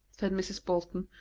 said mrs. bolton,